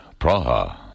Praha